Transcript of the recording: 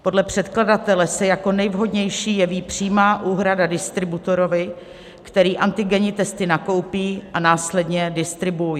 Podle předkladatele se jako nejvhodnější jeví přímá úhrada distributorovi, který antigenní testy nakoupí a následně distribuuje.